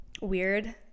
weird